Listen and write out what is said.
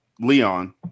Leon